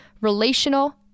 relational